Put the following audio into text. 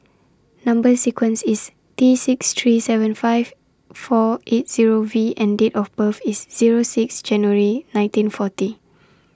Number sequence IS T six three seven five four eight Zero V and Date of birth IS Zero six January nineteen forty